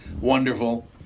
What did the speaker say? wonderful